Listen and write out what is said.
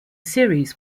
series